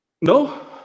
No